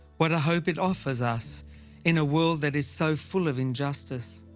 what a hope it offers us in a world that is so full of injustice.